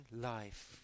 life